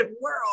world